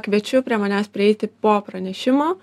kviečiu prie manęs prieiti po pranešimo